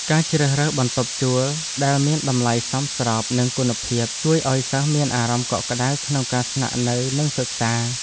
ការជ្រើសរើសបន្ទប់ជួលដែលមានតម្លៃសមស្របនឹងគុណភាព ជួយឱ្យសិស្សមានអារម្មណ៍កក់ក្តៅក្នុងការស្នាក់នៅនិងសិក្សា។